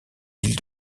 îles